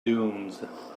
dunes